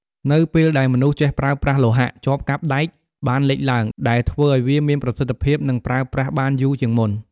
នៅពេលដែលមនុស្សចេះប្រើប្រាស់លោហៈ ចបកាប់ដែកបានលេចឡើង ដែលធ្វើឱ្យវាមានប្រសិទ្ធភាព និងប្រើប្រាស់បានយូរជាងមុន។